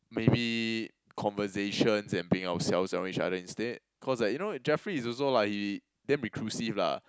maybe conversations and being ourselves around each other instead cause like you know Jeffrey is also lah he damn reclusive